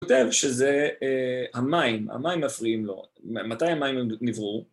כותב שזה המים, המים מפריעים לו, מתי המים הם נבראו